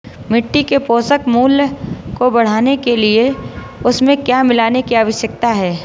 मिट्टी के पोषक मूल्य को बढ़ाने के लिए उसमें क्या मिलाने की आवश्यकता है?